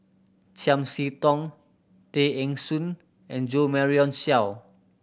Chiam See Tong Tay Eng Soon and Jo Marion Seow